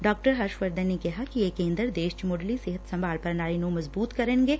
ਡਾ ਵਰਧਨ ਨੇ ਕਿਹਾ ਕਿ ਇਹ ਕੇਂਦਰ ਦੇਸ਼ ਚ ਮੁੱਢਲੀ ਸਿਹਤ ਸੰਭਾਲ ਪ੍ਣਾਲੀ ਨੂੰ ਮਜ਼ਬੂਤ ਕਰਨਗੇ